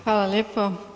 Hvala lijepo.